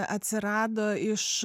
atsirado iš